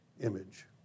image